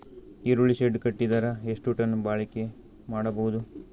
ಈರುಳ್ಳಿ ಶೆಡ್ ಕಟ್ಟಿದರ ಎಷ್ಟು ಟನ್ ಬಾಳಿಕೆ ಮಾಡಬಹುದು?